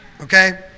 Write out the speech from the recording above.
okay